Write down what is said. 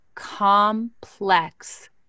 complex